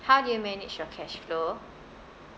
how do you manage your cash flow